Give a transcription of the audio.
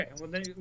okay